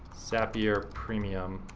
zapier premium